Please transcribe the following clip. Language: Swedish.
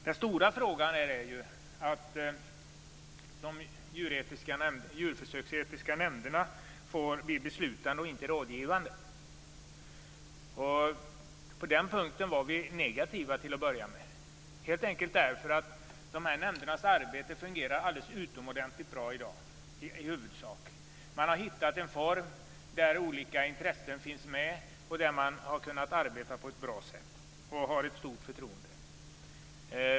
Den stora frågan här är att de djurförsöksetiska nämnderna får bli beslutande i stället för rådgivande. På den punkten var vi till att börja med negativa, helt enkelt därför att de här nämndernas arbete i huvudsak fungerar alldeles utomordentligt bra i dag. Man har hittat en form där olika intressen finns med och där man kan arbeta på ett bra sätt med stort förtroende.